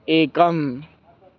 एकम्